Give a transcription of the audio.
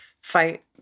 fight